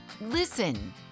Listen